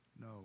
No